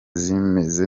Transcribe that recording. zimeze